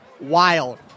wild